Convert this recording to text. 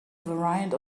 variant